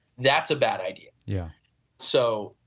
that's a bad idea yeah so,